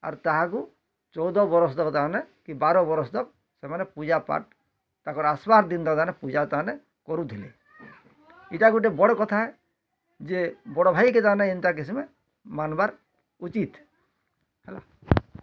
ଆର୍ ତାହାକୁ ଚଉଦ ବରଷ ତକ ତାହାନେ କି ବାର ବରଷ ତକ୍ ସେମାନେ ପୂଜାପାଠ୍ ତାଙ୍କର ଆସ୍ବାର୍ ଦିନ୍ ତାମାନେ ପୂଜା ତାମାନେ କରୁଥିଲେ ଏଇଟା ଗୋଟେ ବଡ଼ କଥା ଯେ ବଡ଼ଭାଇ କେ ତାମାନେ ଏନ୍ନ୍ତା କିସମେ ମାନ୍ବାର୍ ଉଚିତ୍ ହେଲା